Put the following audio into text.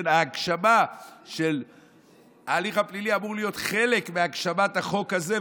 ההגשמה של ההליך הפלילי אמורה להיות חלק מהגשמת החוק הזה,